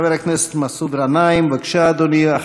חבר הכנסת מסעוד גנאים, בבקשה, אדוני.